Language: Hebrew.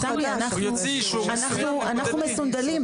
אבל תמי, אנחנו מסונדלים.